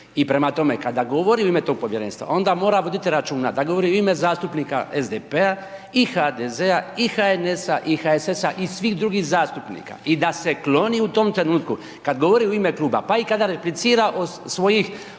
I prema tome kada govori u ime tom povjerenstva onda mora voditi računa da govori u ime zastupnika SDP-a i HDZ-a i HNS-a i HSS-a i svih drugih zastupnika. I da se kloni u tom trenutku, kada govori u ime kluba pa kada i …/Govornik